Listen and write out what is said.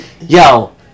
Yo